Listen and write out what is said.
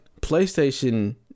PlayStation